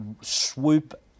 swoop